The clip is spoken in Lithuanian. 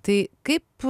tai kaip